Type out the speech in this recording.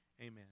amen